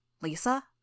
Lisa